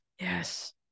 Yes